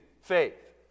faith